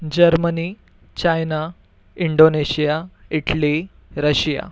Germany China Indonesia Italy Russia